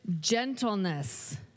gentleness